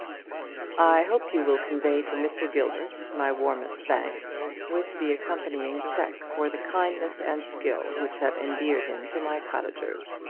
i hope you will convey to mr. gilbert my warmest thanks, with the accompanying cheque, for the kindness and skill which have endeared him to my cottagers.